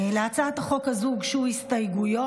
להצעת החוק הזו הוגשו הסתייגויות.